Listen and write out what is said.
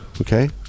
Okay